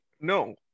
No